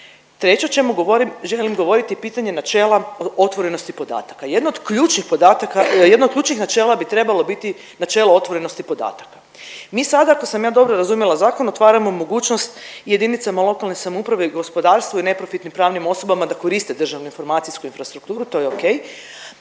Treće o čemu govorim želim govoriti pitanje načela otvorenosti podataka. Jedno od ključnih podataka, jedno od ključnih načela bi trebalo biti načelo otvorenosti podataka. Mi sada ako sam ja dobro razumjela zakon otvaramo mogućnost jedinicama lokalne samouprave i gospodarstvu i neprofitnim pravnim osobama da koriste državnu informaciju infrastrukturu to je ok,